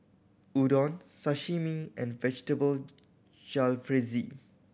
Udon Sashimi and Vegetable Jalfrezi